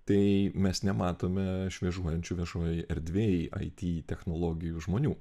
tai mes nematome šmėžuojančių viešojoj erdvėj ai tį technologijų žmonių